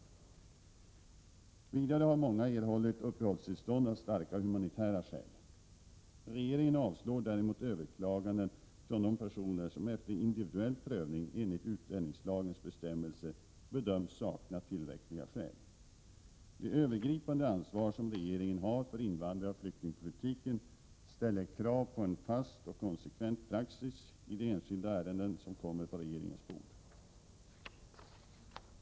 Vidare har många erhållit uppehållstillstånd av starka humanitära skäl. Regeringen avslår däremot överklaganden från de personer som efter individuell prövning enligt utlänningslagens bestämmelser bedöms sakna tillräckliga skäl. Det övergripande ansvar som regeringen har för invandraroch flyktingpolitiken ställer krav på en fast och konsekvent praxis i de enskilda ärenden som kommer på regeringens bord.